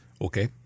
Okay